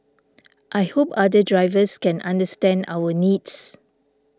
I hope other drivers can understand our needs